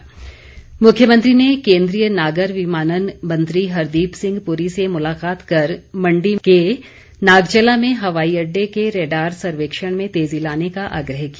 जयराम मुख्यमंत्री ने केन्द्रीय नागर विमानन मंत्री हरदीप सिंह पुरी से मुलाकात कर मण्डी के नागचला में हवाई अड्डे के रेडार सर्वेक्षण में तेजी लाने का आग्रह किया